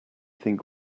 think